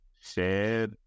share